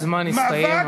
הזמן הסתיים,